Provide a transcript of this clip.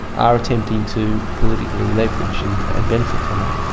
are attempting to politically leverage and and benefit from that.